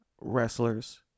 Wrestlers